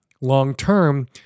long-term